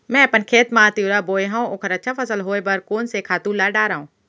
मैं अपन खेत मा तिंवरा बोये हव ओखर अच्छा फसल होये बर कोन से खातू ला डारव?